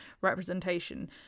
representation